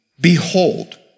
behold